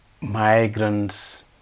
migrants